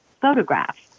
photographs